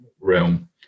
realm